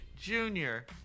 Junior